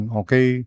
okay